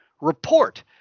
report